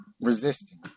resisting